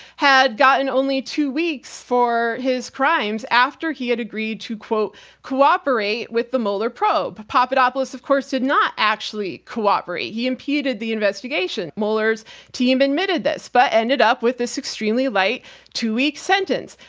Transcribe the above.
had gotten only two weeks for his crimes after he had agreed to cooperate cooperate with the mueller probe. papadopoulos of course did not actually cooperate, he impeded the investigation. mueller's team admitted this, but ended up with this extremely light two week sentence.